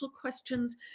questions